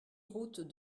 route